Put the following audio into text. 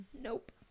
Nope